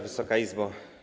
Wysoka Izbo!